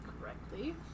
correctly